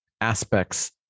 aspects